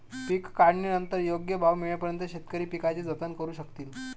पीक काढणीनंतर योग्य भाव मिळेपर्यंत शेतकरी पिकाचे जतन करू शकतील